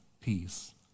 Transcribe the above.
peace